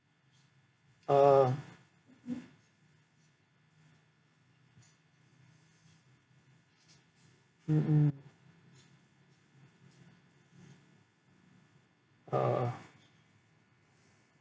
oh mm mm oh